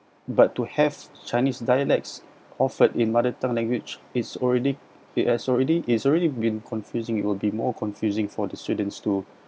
but to have chinese dialects offered in mother tongue language it's already it has already it's already been confusing it will be more confusing for the students to